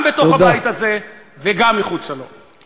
גם בתוך הבית הזה וגם מחוצה לו.